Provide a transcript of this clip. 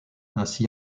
ainsi